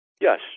Yes